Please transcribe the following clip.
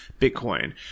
Bitcoin